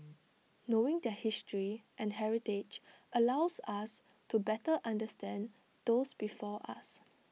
knowing their history and heritage allows us to better understand those before us